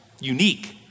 unique